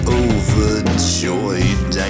overjoyed